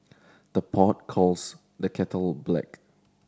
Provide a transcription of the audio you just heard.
the pot calls the kettle black